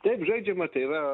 taip žaidžiama tai yra